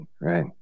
right